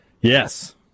Yes